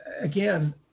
again